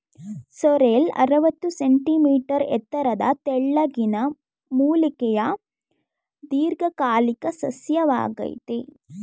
sorrel ಅರವತ್ತು centimetre ಎತ್ತರದ ತೆಳ್ಳಗಿನ ಮೂಲಿಕೆಯ ದೀರ್ಘಕಾಲಿಕ ಸಸ್ಯವಾಗಯ್ತೆ